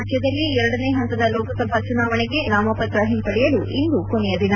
ರಾಜ್ಯದಲ್ಲಿ ಎರಡನೇ ಹಂತದ ಲೋಕಸಭಾ ಚುನಾವಣೆಗೆ ನಾಮಪ್ರತ್ತ ಹಿಂಪಡೆಯಲು ಇಂದು ಕೊನೆಯ ದಿನ